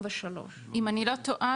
1,143. אם אני לא טועה,